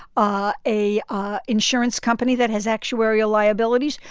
ah a ah insurance company that has actuarial liabilities,